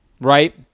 Right